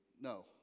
No